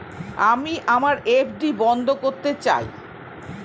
আমি আমার এফ.ডি বন্ধ করতে চাই